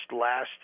last